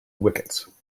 wickets